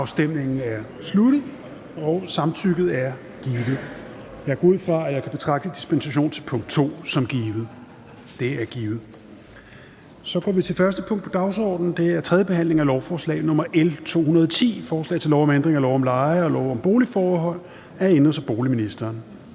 eller imod stemte 0]. Samtykket er givet. Jeg går ud fra, at jeg kan betragte dispensation til punkt 2 som givet. Det er givet. --- Det første punkt på dagsordenen er: 1) 3. behandling af lovforslag nr. L 210: Forslag til lov om ændring af lov om leje og lov om boligforhold. (Loft over huslejestigninger